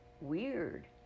Weird